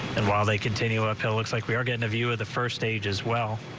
and while they continue looks like we're getting a view of the first stages well.